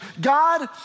God